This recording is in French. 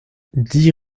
dix